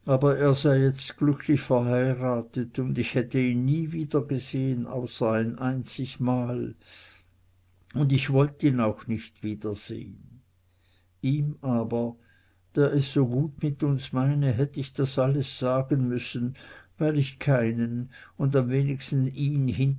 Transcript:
er sei jetzt glücklich verheiratet und ich hätt ihn nie wiedergesehen außer ein einzig mal und ich wollt ihn auch nicht wiedersehn ihm aber der es so gut mit uns meine hätt ich das alles sagen müssen weil ich keinen und am wenigsten ihn